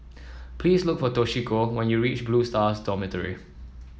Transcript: please look for Toshiko when you reach Blue Stars Dormitory